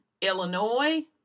Illinois